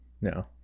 no